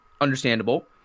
understandable